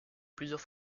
plusieurs